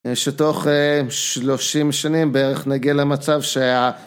שתוך שלושים שנים בערך נגיע למצב שה...